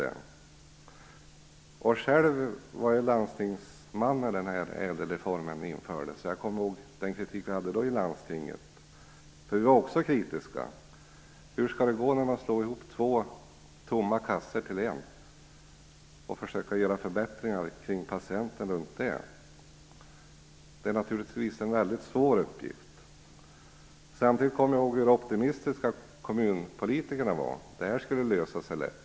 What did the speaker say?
Jag var själv landstingsman när ÄDEL-reformen infördes. Jag kommer ihåg den kritik som då framfördes i landstinget, för vi var också kritiska. Hur skall det gå när man slår ihop två tomma kassor till en samtidigt som man skall försöka göra förbättringar för patienterna? Det är naturligtvis en väldigt svår uppgift. Samtidigt kommer jag ihåg hur optimistiska kommunpolitikerna var. Det här problemet skulle lösa sig lätt.